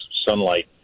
sunlight